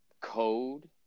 code